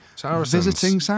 visiting